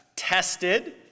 tested